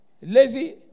Lazy